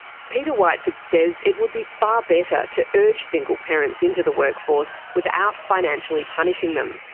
peter whiteford says it would be far better to urge single parents into the workforce, without financially punishing them.